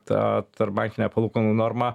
tą tarpbankinę palūkanų normą